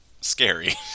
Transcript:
scary